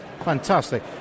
Fantastic